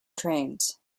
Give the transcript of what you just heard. trains